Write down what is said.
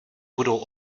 budou